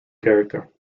character